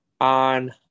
on